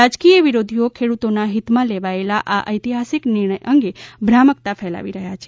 રાજકીય વિરોધીઓ ખેડૂતોના હિતમાં લેવાયેલા આ ઐતિહાસિક નિર્ણય અંગે ભ્રામકતા ફેલાવી રહ્યાં છે